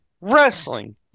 Wrestling